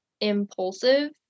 impulsive